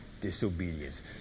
disobedience